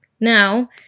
Now